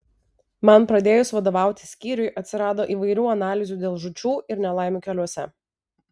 man pradėjus vadovauti skyriui atsirado įvairių analizių dėl žūčių ir nelaimių keliuose